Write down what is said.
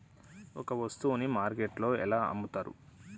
ఒక వస్తువును మార్కెట్లో ఎలా అమ్ముతరు?